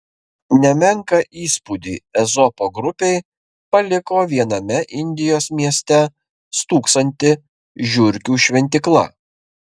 nemenką įspūdį ezopo grupei paliko viename indijos mieste stūksanti žiurkių šventykla